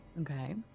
Okay